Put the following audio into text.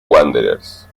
wanderers